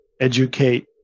educate